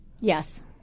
Yes